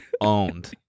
owned